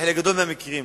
בחלק גדול מהמקרים,